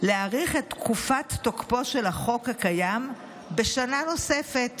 להאריך את תקופת תוקפו של החוק הקיים בשנה נוספת,